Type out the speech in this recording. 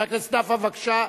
חבר הכנסת נפאע, בבקשה.